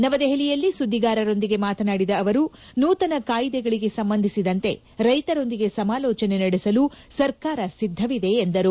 ನವದೆಹಲಿಯಲ್ಲಿ ಸುದ್ದಿಗಾರರೊಂದಿಗೆ ಮಾತನಾಡಿದ ಅವರು ನೂತನ ಕಾಯಿದೆಗಳಿಗೆ ಸಂಬಂಧಿಸಿದಂತೆ ರೈತರೊಂದಿಗೆ ಸಮಾಲೋಚನೆ ನಡೆಸಲು ಸರಕಾರ ಸಿದ್ದವಿದೆ ಎಂದರು